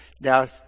Now